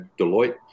Deloitte